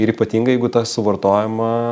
ir ypatingai jeigu tas suvartojama